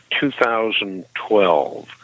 2012